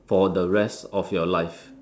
for the rest of your life